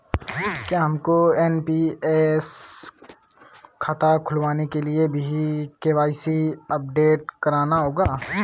क्या हमको एन.पी.एस खाता खुलवाने के लिए भी के.वाई.सी अपडेट कराना होगा?